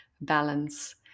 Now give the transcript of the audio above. balance